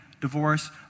divorce